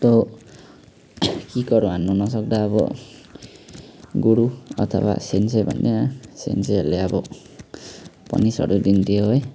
यस्तो किकहरू हान्नु नसक्दा अब गुरु अथवा सिन्जे भन्ने क्या सिन्जेहरूले अब पनिसहरू दिन्थ्यो है